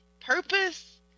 purpose